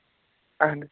اَہَن حظ